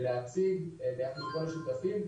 ולהציג ביחד עם כל השותפים.